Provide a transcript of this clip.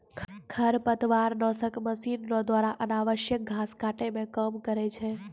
खरपतवार नासक मशीन रो द्वारा अनावश्यक घास काटै मे काम करै छै